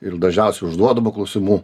ir dažniausiai užduodamų klausimų